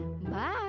Bye